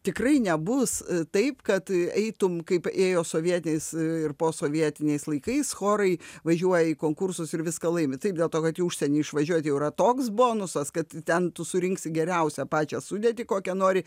tikrai nebus taip kad eitum kaip ėjo sovietiniais ir posovietiniais laikais chorai važiuoja į konkursus ir viską laimi taip dėl to kad į užsienį išvažiuoti jau yra toks bonusas kad ten tu surinksi geriausią pačią sudėtį kokią nori